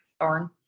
thorn